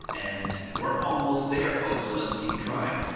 and we're almost there, folks, so let's keep trying.